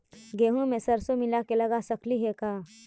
गेहूं मे सरसों मिला के लगा सकली हे का?